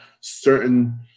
certain